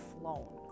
flown